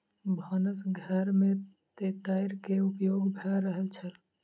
भानस घर में तेतैर के उपयोग भ रहल छल